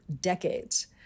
decades